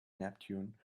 neptune